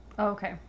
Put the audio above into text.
okay